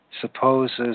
supposes